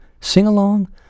sing-along